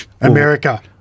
America